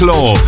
Law